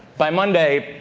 by monday,